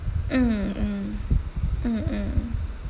mm mm mm mm